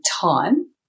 time